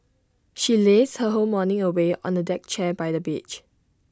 she lazed her whole morning away on A deck chair by the beach